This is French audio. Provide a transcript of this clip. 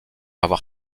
avoir